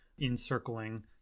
encircling